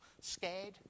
scared